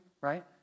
Right